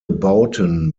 bauten